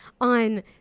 on